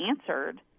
answered